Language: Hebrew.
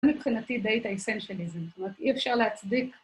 מבחינתי דאטה אסנצ'ליזם, זאת אומרת אי אפשר להצדיק